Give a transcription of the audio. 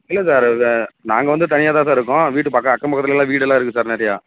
இல்லை சார் அது நாங்கள் வந்து தனியாக தான் சார் இருக்கோம் வீட்டு பக்கம் அக்கம் பக்கத்திலலாம் வீடெல்லாம் இருக்குது சார் நிறையா